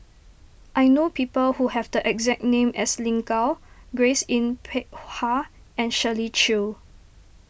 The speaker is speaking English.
I know people who have the exact name as Lin Gao Grace Yin Peck Ha and Shirley Chew